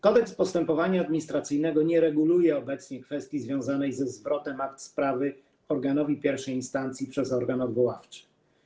Kodeks postępowania administracyjnego nie reguluje obecnie kwestii związanej ze zwrotem akt sprawy organowi I instancji przez organ odwoławczy.